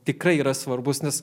tikrai yra svarbus nes